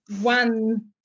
one